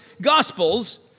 Gospels